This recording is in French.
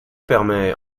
permet